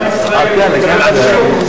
עם ישראל,